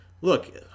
look